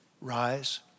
rise